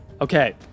Okay